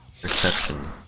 Perception